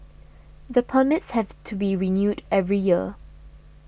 the permits have to be renewed every year